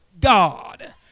God